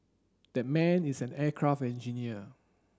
that man is an aircraft engineer